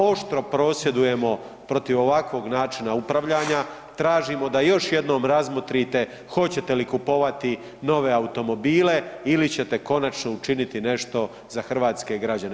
Oštro prosvjedujemo protiv ovakvog načina upravljanja, tražimo da još jednom razmotrite hoćete li kupovati nove automobile ili ćete konačno učiniti nešto za hrvatske građane.